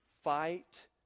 Fight